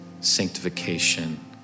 sanctification